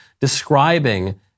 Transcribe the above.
describing